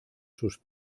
sus